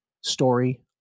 story